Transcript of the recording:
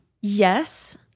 Yes